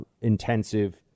intensive